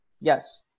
Yes